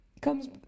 comes